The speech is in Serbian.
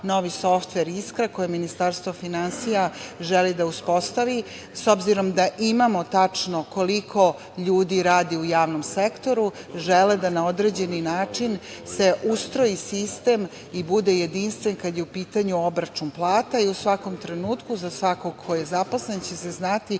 novi softver „Iskra“ koji Ministarstvo finansija želi da uspostavi.S obzirom da imamo tačno koliko ljudi radi u sektoru, žele da na određeni način se ustroji sistem i bude jedinstven kada je u pitanju obračun plata i u svakom trenutku za svakog ko je zaposlen će se znati